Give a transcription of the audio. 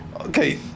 Okay